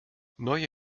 neue